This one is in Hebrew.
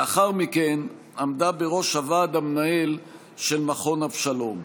לאחר מכן עמדה בראש הוועד המנהל של מכון אבשלום.